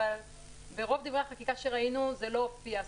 אבל ברוב דברי החקיקה שראינו זה לא הופיע.